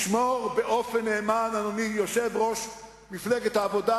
לשמור באופן נאמן, אדוני יושב-ראש מפלגת העבודה,